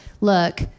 look